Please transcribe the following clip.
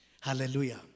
Hallelujah